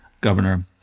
governor